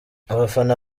abafana